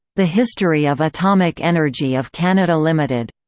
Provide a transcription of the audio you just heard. the history of atomic energy of canada limited,